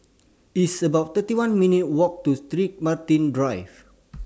It's about thirty one minutes' Walk to St Martin's Drive